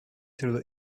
through